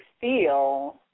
feel